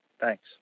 Thanks